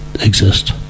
exist